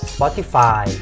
Spotify